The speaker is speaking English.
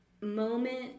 moment